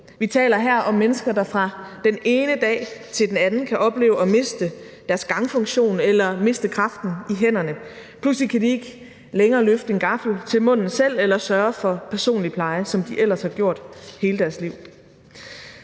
Vi taler her om mennesker, der fra den ene dag til den anden kan opleve at miste deres gangfunktion eller miste kraften i hænderne. Pludselig kan de ikke længere selv løfte en gaffel til munden eller sørge for personlig pleje, som de ellers har gjort i hele deres liv.